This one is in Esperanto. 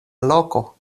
loko